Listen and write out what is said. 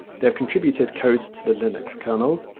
they have contributed code to the linux kernel,